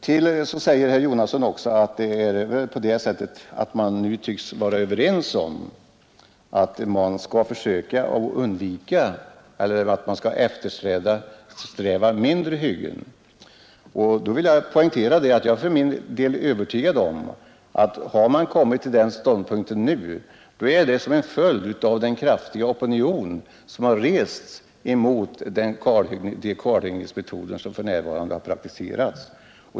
Sedan sade herr Jonasson att man tycks vara överens om att eftersträva mindre hyggen. Då vill jag poängtera att jag är övertygad om, att har man kommit till den ståndpunkten nu, så är det en följd av den kraftiga opinion som rests mot de kalhuggningsmetoder som för närvarande praktiseras.